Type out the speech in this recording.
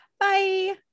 Bye